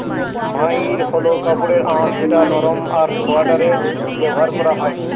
মহাইর হল কাপড়ের আঁশ যেটা নরম আর সোয়াটারে ব্যবহার করা হয়